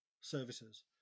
services